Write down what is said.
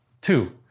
Two